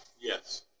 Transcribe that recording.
Yes